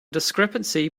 discrepancy